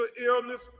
illness